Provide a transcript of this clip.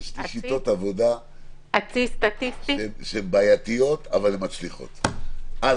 יש לי שיטות עבודה שהן בעייתיות, אבל הן מצליחות.